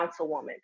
councilwoman